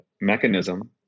mechanism